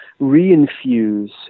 reinfuse